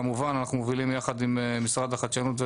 כמובן שאנחנו מובילים יחד עם משרד החדשנות,